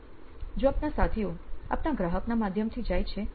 જો આપના સાથીઓ આપના ગ્રાહકના માધ્યમથી જાય છે તો